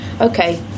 okay